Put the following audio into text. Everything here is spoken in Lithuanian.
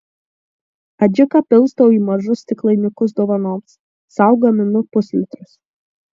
adžiką pilstau į mažus stiklainiukus dovanoms sau gaminu puslitrius